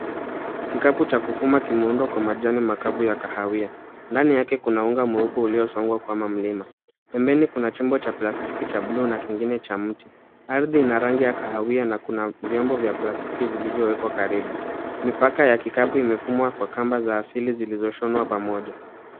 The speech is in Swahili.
Kikapu cha kufuma kimeundwa kwa majani makavu ya kahawi. Ndani yake kuna unga mweupe uliosongwa kama mlima. Pembeni kuna chumba cha plastiki cha blue na kingine cha mti. Ardhi ina rangi ya kahawia na kuna vyombo vya plastiki vilivyowekwa karibu. Mipaka ya kikapu imefumwa kwa kamba za asili zilizoshonwa pamoja.